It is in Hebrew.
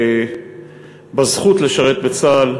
בזכות לשרת לצה"ל,